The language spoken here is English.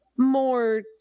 more